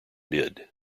did